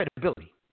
credibility